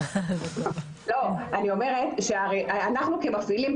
אני אומרת שאנחנו כמפעילים,